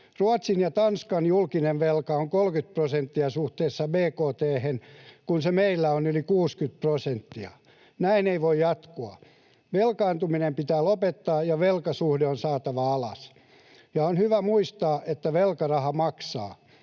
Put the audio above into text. Ruotsin ja Tanskan julkinen velka on 30 prosenttia suhteessa bkt:hen, kun se meillä on yli 60 prosenttia. Näin ei voi jatkua. Velkaantuminen pitää lopettaa, ja velkasuhde on saatava alas, ja on hyvä muistaa, että velkaraha maksaa.